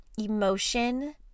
emotion